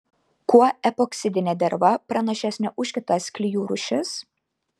kuo epoksidinė derva pranašesnė už kitas klijų rūšis